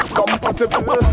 compatible